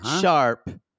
sharp